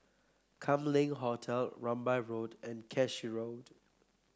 Kam Leng Hotel Rambai Road and Cashew Road